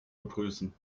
begrüßen